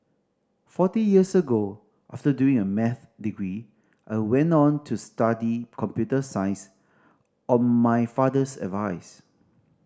forty years ago after doing a maths degree I went on to study computer science on my father's advice